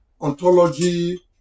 ontology